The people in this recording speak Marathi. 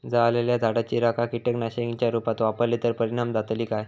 जळालेल्या झाडाची रखा कीटकनाशकांच्या रुपात वापरली तर परिणाम जातली काय?